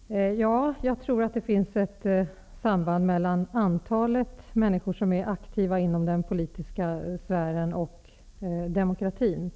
Herr talman! Ja, jag tror att det finns ett samband mellan antalet människor som är aktiva inom den politiska sfären och demokrati.